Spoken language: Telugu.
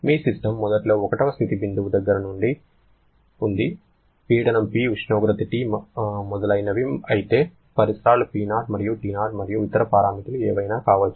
మీ సిస్టమ్ మొదట్లో 1 వ స్థితి బిందువు దగ్గర ఉంది పీడనం P ఉష్ణోగ్రత T మొదలైనవి అయితే పరిసరాలు P0 మరియు T0 మరియు ఇతర పారామితులు ఏవైనా కావచ్చు